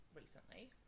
recently